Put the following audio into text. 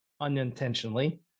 unintentionally